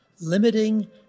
limiting